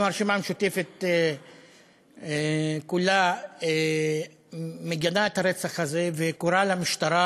וגם הרשימה המשותפת כולה מגנה את הרצח הזה וקוראת למשטרה